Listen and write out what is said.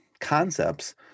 concepts